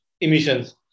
emissions